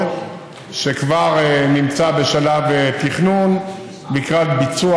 חברת הכנסת פנינה תמנו-שטה.